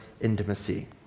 intimacy